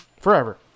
forever